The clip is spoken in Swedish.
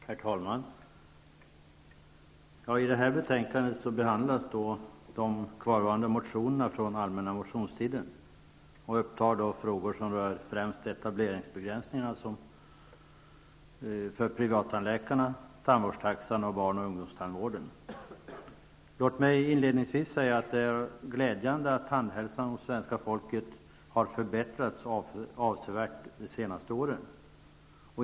Herr talman! I detta betänkande behandlas de kvarvarande motionerna från allmänna motionstiden. De upptar frågor som främst rör etableringsbegränsningar för privattandläkarna, tandvårdstaxan och barn och ungdomstandvården. Låt mig inledningsvis säga att det är glädjande att tandhälsan hos svenska folket har förbättrats avsevärt de senaste åren.